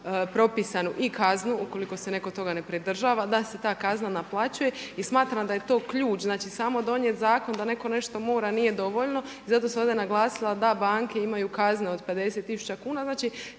propisanu i kaznu ukoliko se netko toga ne pridržava da se ta kazna naplaćuje. I smatram da je to ključ, znači samo donijet zakon da netko nešto mora nije dovoljno. I zato sam ovdje naglasila da banke imaju kazne od 50000 kuna. Znači